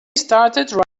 started